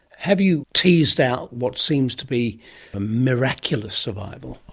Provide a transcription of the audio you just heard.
have you teased out what seems to be a miraculous survival?